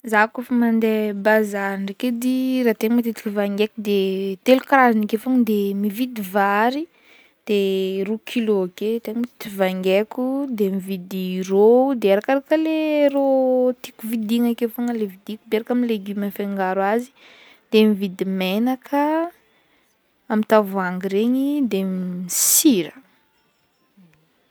Zaho kaofa mande bazary ndraiky edy, raha tegna matetiky vangaiko, de telo karazagna ake fogna de mividy vary, de roa kilo ake tegna vangaiko, de mividy ro de arakaraka le ro tiako vidiagna ake fogna le vidiko miaraka amle legume afangaro azy, de mividy menaka amy tavoahangy regny de sira.